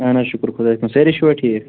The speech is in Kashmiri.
اَہَن حظ شُکر خُدایس کُن سأری چھِوا ٹھیٖک